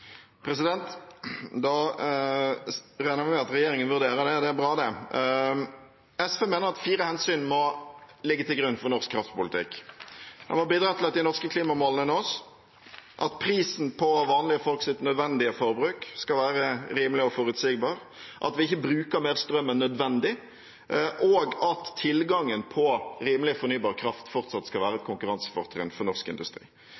regner vi med at regjeringen vurderer det. Det er bra. SV mener at fire hensyn må ligge til grunn for norsk kraftpolitikk. Den må bidra til at de norske klimamålene nås, at prisen på vanlige folks nødvendige forbruk skal være rimelig og forutsigbar, at vi ikke bruker mer strøm enn nødvendig, og at tilgangen på rimelig fornybar kraft fortsatt skal være et konkurransefortrinn for norsk industri.